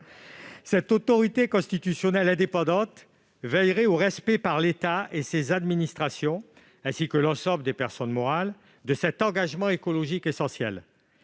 Cette autorité constitutionnelle indépendante veillerait au respect par l'État et par ses administrations, ainsi que par l'ensemble des personnes morales, de cet engagement écologique essentiel.